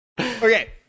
Okay